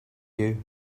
you